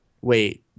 wait